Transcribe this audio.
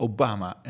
Obama